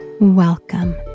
Welcome